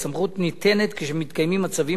הסמכות ניתנת כאשר מתקיימים מצבים